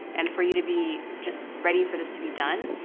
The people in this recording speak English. and for you to be just ready for this to be done,